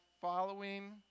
following